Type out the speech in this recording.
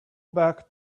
back